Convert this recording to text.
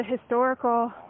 historical